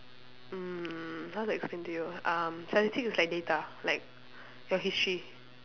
mm how to explain to you um statistics is like data like your history